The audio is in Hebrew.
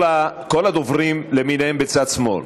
כל הדוברים למיניהם בצד שמאל,